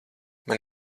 man